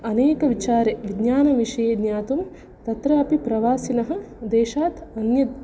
अनेकविचारे विज्ञानविषये ज्ञातुं तत्रापि प्रवासिनः देशात् अन्य